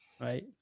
right